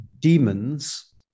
demons